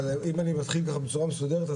אם אני מתחיל ככה בצורה מסודרת,